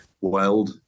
weld